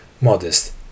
modest